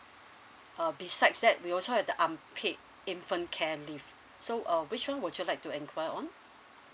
uh besides that we also have the unpaid infant care leave so uh which one would you like to inquire on